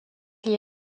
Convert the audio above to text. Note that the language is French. lié